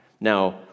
Now